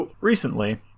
recently